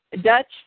Dutch